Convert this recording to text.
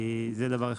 זה דבר אחד.